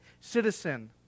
citizen